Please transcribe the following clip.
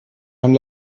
haben